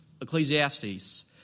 Ecclesiastes